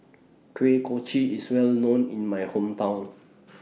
Kuih Kochi IS Well known in My Hometown